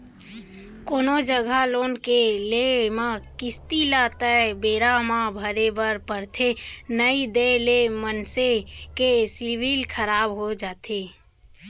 कोनो जघा लोन के लेए म किस्ती ल तय बेरा म भरे बर परथे नइ देय ले मनसे के सिविल खराब हो जाथे